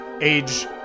Age